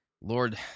Lord